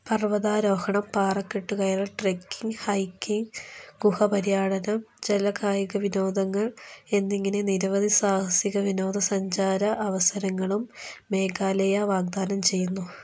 പർവതാരോഹണം പാറക്കെട്ടു കയറല് trekking hiking ഗുഹാപര്യടനം ജല കായിക വിനോദങ്ങള് എന്നിങ്ങനെ നിരവധി സാഹസിക വിനോദ സഞ്ചാര അവസരങ്ങളും മേഘാലയ വാഗ്ദാനം ചെയ്യുന്നു